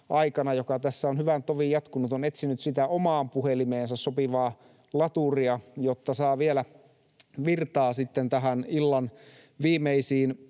joka tässä on hyvän tovin jatkunut, on etsinyt sitä omaan puhelimeensa sopivaa laturia, jotta saa vielä virtaa näihin illan viimeisiin